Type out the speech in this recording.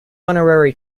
honorary